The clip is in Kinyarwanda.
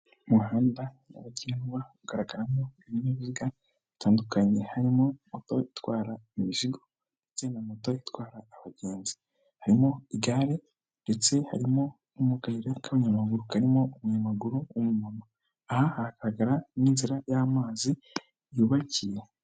Umuhanda nyabagendwa ugaragaramo ibinyabiziga bitandukanye, harimo moto itwara imizigo, ndetse na moto itwara abagenzi, harimo igare, ndetse harimo n'akayira k'abanyamaguru, karimo umunyamaguru w'ma aha hakagaragara n'inzira y'amazi yubakiye.